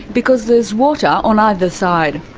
because there's water on either side.